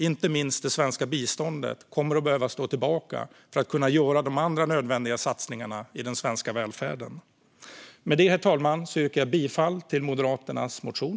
Inte minst kommer det svenska biståndet att behöva stå tillbaka för att man ska kunna göra de andra nödvändiga satsningarna i den svenska välfärden. Med detta, herr talman, yrkar jag bifall till Moderaternas reservation.